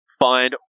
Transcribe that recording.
find